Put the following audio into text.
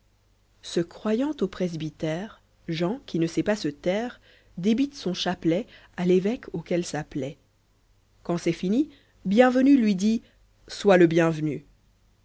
se croyant au presbytère jean qui ne sait pas se taire débite son chapelet a l'évêque auquel ça plaît quand c'est fini bienvenu lui dit sois le bienvenu